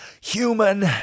human